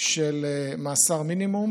של מאסר מינימום